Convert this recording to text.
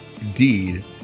indeed